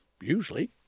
usually